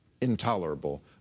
intolerable